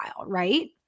right